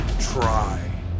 try